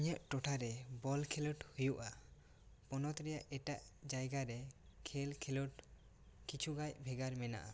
ᱤᱧᱟᱹᱜ ᱴᱚᱴᱷᱟ ᱨᱮ ᱵᱚᱞ ᱠᱷᱮᱞᱳᱰ ᱦᱩᱭᱩᱜᱼᱟ ᱯᱚᱱᱚᱛ ᱨᱮᱭᱟᱜ ᱮᱴᱟᱜ ᱡᱟᱭᱜᱟ ᱨᱮ ᱠᱷᱮᱞ ᱠᱷᱮᱞᱳᱰ ᱠᱤᱪᱷᱩ ᱜᱟᱡ ᱵᱷᱮᱜᱟᱨ ᱢᱮᱱᱟᱜᱼᱟ